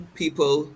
people